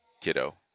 kiddo